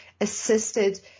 assisted